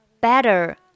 better